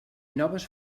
noves